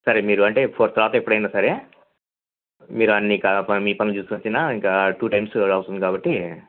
సరే మీరు అంటే ఫోర్ తర్వాత ఎప్పుడన్న సరే మీరు అన్నీ కలిపి మీ పనులు చూసుకు వచ్చిన ఇంకా టూ టైమ్స్ అవసరం ఉంది కాబట్టి